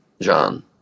John